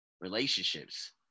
Relationships